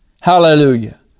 Hallelujah